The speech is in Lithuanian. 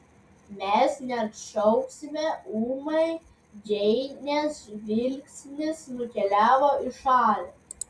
mes neatšauksime ūmai džeinės žvilgsnis nukeliavo į šalį